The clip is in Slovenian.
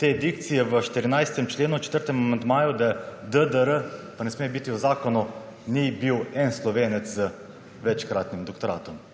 te dikcije v 14. členu, v četrtem amandmaju, da ddr. ne sme biti v zakonu, ni bil en Slovenec z večkratnim doktoratom.